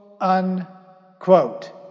unquote